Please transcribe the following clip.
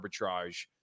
arbitrage